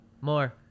more